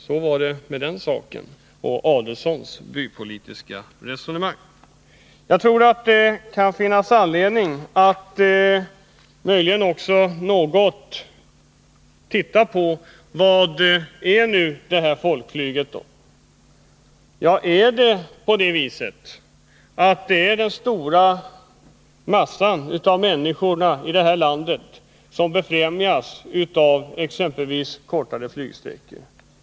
Så var det med herr Adelsohns ”bypolitiska” resonemang. Det kan också finnas anledning att något se på vad folkflyget egentligen innebär. Är det den stora massan av människorna i det här landet som befrämjas av exempelvis snabbare flygresor?